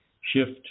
shift